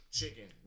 chicken